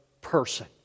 person